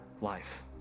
life